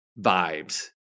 vibes